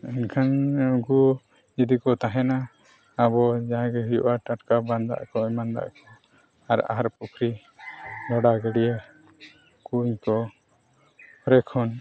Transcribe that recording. ᱮᱱᱠᱷᱟᱱ ᱩᱱᱠᱩ ᱡᱩᱫᱤ ᱠᱚ ᱛᱟᱦᱮᱱᱟ ᱟᱵᱚ ᱡᱟᱦᱟᱸ ᱜᱮ ᱦᱩᱭᱩᱜᱼᱟ ᱵᱟᱱ ᱫᱟᱜ ᱠᱚ ᱴᱟᱴᱠᱟ ᱫᱟᱜ ᱠᱚ ᱟᱨ ᱟᱦᱟᱨ ᱯᱩᱠᱷᱨᱤ ᱰᱷᱚᱰᱟ ᱜᱟᱹᱰᱭᱟᱹ ᱠᱩᱧ ᱠᱚ ᱨᱮ ᱠᱷᱚᱱ